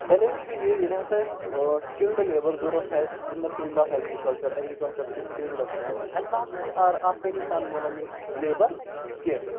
challenge چھُ یہِ ییٚلہِ ہسا أسۍ سِکِلڈ لیبَر ضوٚرَتھ آسہِ in the field of agriculture agriculture کِس فیٖلڈَس منٛز اَسہِ نہ حظ چھُنہٕ یہِ آر آسٲنی سان مِلان یہِ لیبَر کینٛہہ